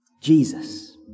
Jesus